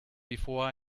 before